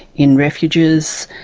in refuges,